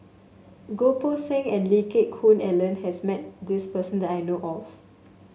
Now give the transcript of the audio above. Goh Poh Seng and Lee Geck Koon Ellen has met this person that I know of